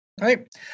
right